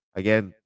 again